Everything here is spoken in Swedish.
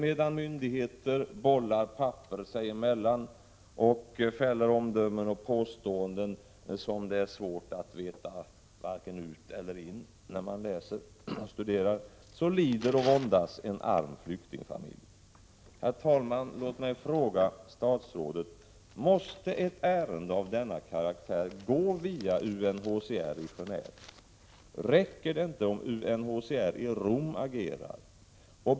Medan myndigheter således bollar papper sig emellan, fäller omdömen och gör påståenden som det är svårt att förstå — uppgifterna är sådana att man varken vet ut eller in när man studerar fallet — lider och våndas den här arma flyktingfamiljen. Herr talman! Låt mig fråga statsrådet: Måste ett ärende av denna karaktär gå via UNHCR i Geneve? Räcker det inte om UNHCR i Rom agerar?